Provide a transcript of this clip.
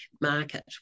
market